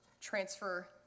transfer